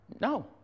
No